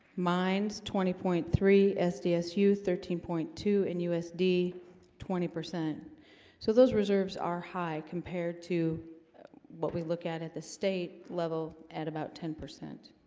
mines twenty point three sdsu thirteen point two and usd twenty percent so those reserves are high compared to what we look at at the state level at about ten percent